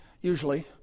usually